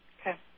Okay